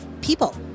people